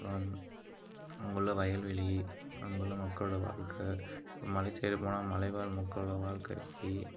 அப்புறம் அங்கே உள்ள வயல்வெளி அங்கே உள்ள மக்களோட வாழ்க்கை இப்போ மலை சைடு போனால் மலைவாழ் மக்களோட வாழ்க்கை எப்படி